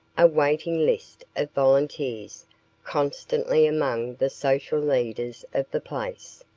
a waiting list of volunteers constantly among the social leaders of the place.